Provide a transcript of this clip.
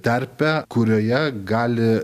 terpė kurioje gali